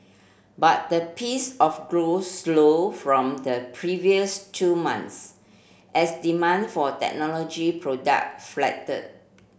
but the peace of growth slow from the previous two months as demand for technology product